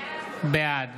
בעד